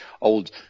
old